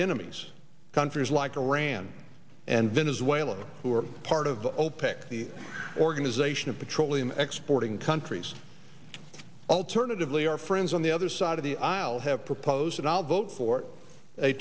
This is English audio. these countries like iran and venezuela who are part of opec the organization of petroleum exporting countries alternatively our friends on the other side of the aisle have proposed and i'll vote for a